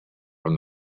from